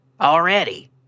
already